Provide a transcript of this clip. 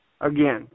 again